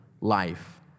life